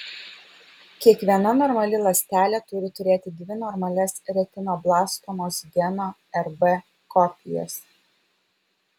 kiekviena normali ląstelė turi turėti dvi normalias retinoblastomos geno rb kopijas